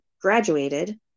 graduated